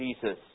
Jesus